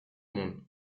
monde